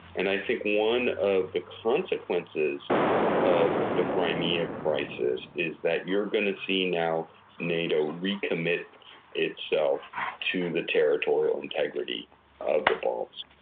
and i think one of the consequences of the crimea crisis is that you're going to see now nato recommit itself to the territorial integrity of the balts.